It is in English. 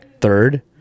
third